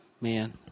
Man